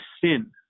sin